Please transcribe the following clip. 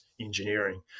engineering